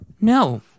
no